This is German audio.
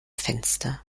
fenster